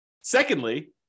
secondly